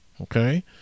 Okay